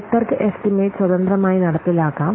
വിദഗ്ധർക്ക് estimate സ്വതന്ത്രമായി നടപ്പിലാക്കാം